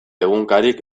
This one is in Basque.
egunkarik